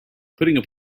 putting